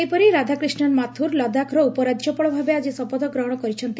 ସେହିପରି ରାଧାକ୍ରିଷ୍ଡନ ମାଥୁର ଲଦାଖର ଉପରାଜ୍ୟପାଳ ଭାବେ ଆକି ଶପଥ ଗ୍ରହଣ କରିଛନ୍ତି